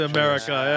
America